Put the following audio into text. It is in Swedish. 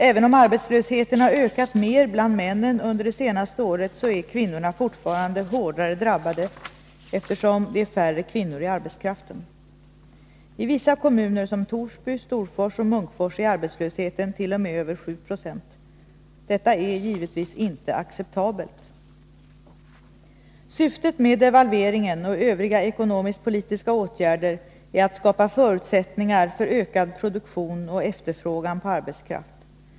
Även om arbetslösheten har ökat mer bland männen under det senaste året, så är kvinnorna fortfarande hårdare drabbade, eftersom det är färre kvinnor i arbetskraften. I vissa kommuner som Torsby, Storfors och Munkfors är arbetslösheten t.o.m. över 7 90. Detta är givetvis inte acceptabelt. Syftet med devalveringen och övriga ekonomisk-politiska åtgärder är att skapa förutsättningar för ökad produktion och efterfrågan på arbetskraft.